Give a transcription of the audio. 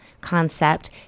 concept